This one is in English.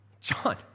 John